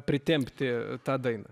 pritempti tą dainą